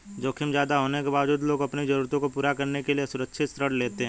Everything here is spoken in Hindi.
जोखिम ज्यादा होने के बावजूद लोग अपनी जरूरतों को पूरा करने के लिए असुरक्षित ऋण लेते हैं